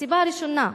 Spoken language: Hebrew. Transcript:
הסיבה הראשונה,